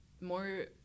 more